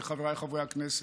חבריי חברי הכנסת,